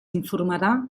informarà